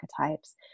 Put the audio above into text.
archetypes